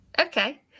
Okay